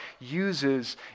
uses